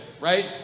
right